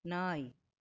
நாய்